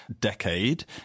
decade